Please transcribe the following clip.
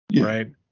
Right